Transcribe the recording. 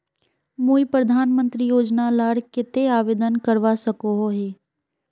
मुई प्रधानमंत्री योजना लार केते आवेदन करवा सकोहो ही?